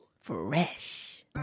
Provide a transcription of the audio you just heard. Fresh